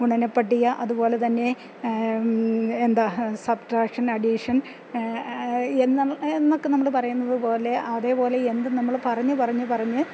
ഗുണനപ്പട്ടിക അതുപോലെത്തന്നെ എന്താ subtraction addition എന്ന എന്നൊക്കെ നമ്മൾ പറയുന്നത് പോലെ അതേപോലെ എന്ത് നമ്മൾ പറഞ്ഞ് പറഞ്ഞ് പറഞ്ഞ്